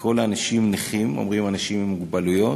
לקרוא לאנשים "נכים"; אומרים: אנשים עם מוגבלויות.